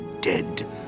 dead